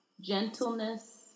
gentleness